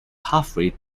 halfway